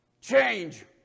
Change